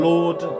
Lord